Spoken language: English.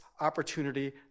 opportunity